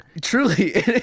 Truly